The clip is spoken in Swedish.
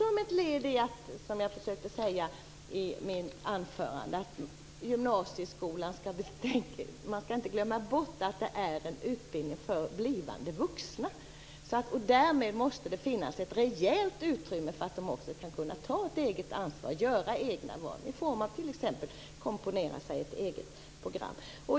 Vi skall inte glömma bort att gymnasieskolan är en utbildning för blivande vuxna och att det därmed också måste finnas ett rejält utrymme för att de skall kunna ta ett eget ansvar och göra egna val, t.ex. genom att komponera ett eget program.